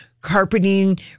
carpeting